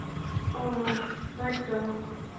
ᱚ ᱦᱳᱭ ᱛᱚ